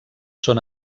són